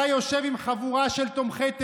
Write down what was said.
אתה יושב עם חבורה של תומכי טרור.